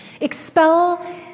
expel